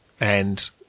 and-